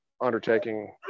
undertaking